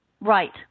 right